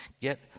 get